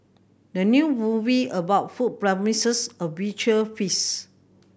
the new movie about food promises a visual feast